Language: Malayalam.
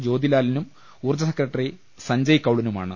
ജ്യോതിലാലിനും ഊർജ്ജ സെക്രട്ടറി സഞ്ജയ് കൌളിനുമാണ്